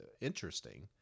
interesting